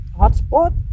hotspot